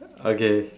okay